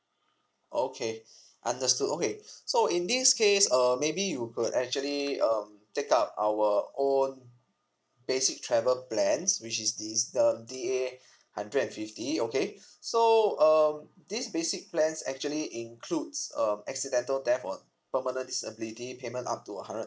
okay understood okay so in this case uh maybe you could actually um take up our own basic travel plans which is this the P_A hundred fifty okay so um this basic plans actually includes um accidental death or permanent disability payment up to hundred